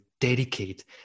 dedicate